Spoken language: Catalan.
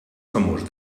famós